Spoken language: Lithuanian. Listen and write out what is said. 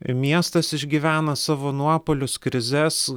miestas išgyvena savo nuopuolius krizes